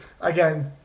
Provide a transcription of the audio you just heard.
Again